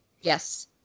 Yes